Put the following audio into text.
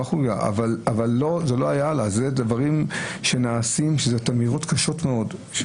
אלה אמירות קשות מאוד.